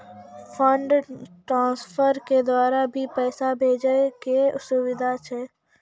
Fund transfer के द्वारा भी पैसा भेजै के सुविधा छै?